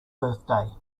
birthday